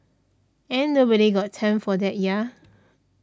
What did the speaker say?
ain't nobody's got time for that ya